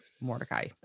mordecai